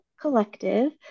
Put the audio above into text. Collective